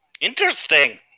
Interesting